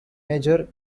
major